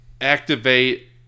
activate